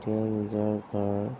তেও নিজৰ ঘৰত